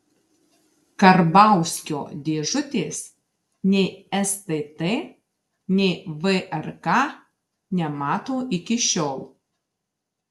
karbauskio dėžutės nei stt nei vrk nemato iki šiol